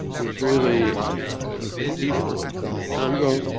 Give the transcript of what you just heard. it was really sort of an effluent of the congo.